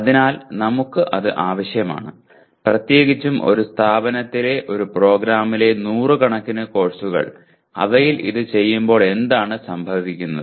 അതിനാൽ നമുക്ക് അത് ആവശ്യമാണ് പ്രത്യേകിച്ചും ഒരു സ്ഥാപനത്തിലെ ഒരു പ്രോഗ്രാമിലെ നൂറുകണക്കിന് കോഴ്സുകൾ അവയിൽ ഇത് ചെയ്യുമ്പോൾ എന്താണ് സംഭവിക്കുന്നത്